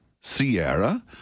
Sierra